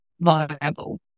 viable